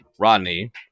Rodney